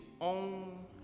own